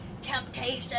Temptation